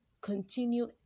continue